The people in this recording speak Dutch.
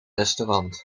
restaurant